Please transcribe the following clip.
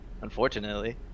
unfortunately